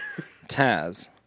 Taz